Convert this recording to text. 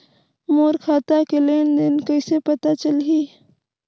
मोर खाता के लेन देन कइसे पता चलही?